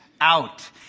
Out